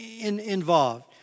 involved